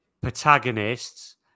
protagonists